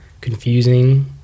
confusing